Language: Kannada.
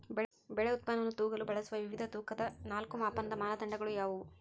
ಬೆಳೆ ಉತ್ಪನ್ನವನ್ನು ತೂಗಲು ಬಳಸುವ ವಿವಿಧ ತೂಕದ ನಾಲ್ಕು ಮಾಪನದ ಮಾನದಂಡಗಳು ಯಾವುವು?